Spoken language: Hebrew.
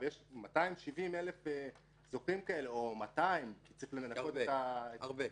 יש 270,000 זוכים כאלה או 200,000. הרבה.